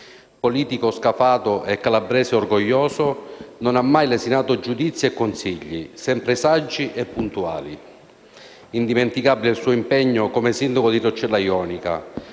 Politico scafato e calabrese orgoglioso, non ha mai lesinato giudizi e consigli, sempre saggi e puntuali. Indimenticabile il suo impegno come sindaco di Roccella Jonica,